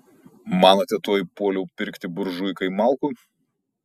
manote tuoj puoliau pirkti buržuikai malkų